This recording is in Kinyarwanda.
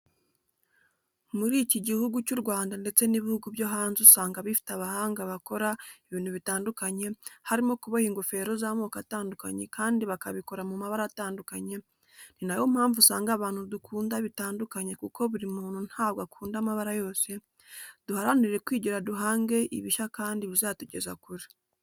Muri iki Gihugu cy'u Rwanda ndetse n'ibihugu byo hanze usanga bifite abahanga bakora ibintu bitandukanye, harimo kuboha ingofero z'amoko atandukanye kandi bakabikora mu mabara atandukanye, ni na yo mpamvu usanga abantu dukunda bitandukanye kuko buri muntu ntabwo akunda amabara yose, duharanire kwigira duhange ibishya kandi bizatugeza kure.